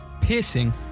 piercing